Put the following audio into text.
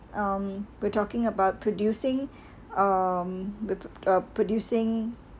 um we're talking about producing uh with uh producing